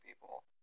people